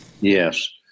Yes